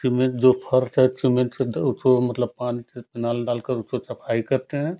cement जो फर्श है सीमेंत से द उसको मतलब पानी से फिनाइल डालकर उसे सफ़ाई करते हैं